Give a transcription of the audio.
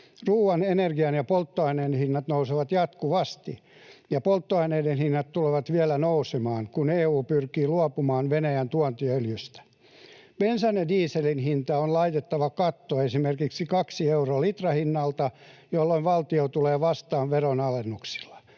Ruoan, energian ja polttoaineiden hinnat nousevat jatkuvasti, ja polttoaineiden hinnat tulevat vielä nousemaan, kun EU pyrkii luopumaan Venäjän tuontiöljystä. Bensan ja dieselin hintaan on laitettava katto, esimerkiksi kaksi euroa litrahinnalta, jolloin valtio tulee vastaan veronalennuksilla.